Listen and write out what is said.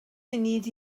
munud